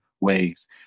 ways